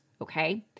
okay